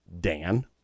Dan